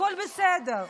הכול בסדר.